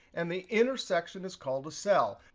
and the intersection is called a cell.